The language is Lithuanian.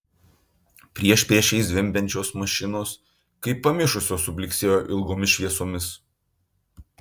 priešpriešiais zvimbiančios mašinos kaip pamišusios sublyksėjo ilgomis šviesomis